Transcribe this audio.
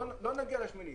לא נגיע ל-8.